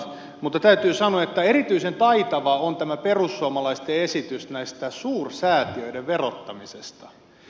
mutta täytyy sanoa että erityisen taitava on tämä perussuomalaisten esitys suursäätiöiden verottamisesta